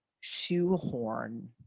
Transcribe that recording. shoehorn